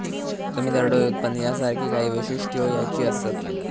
कमी दरडोई उत्पन्न यासारखी काही वैशिष्ट्यो ह्याची असत